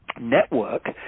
network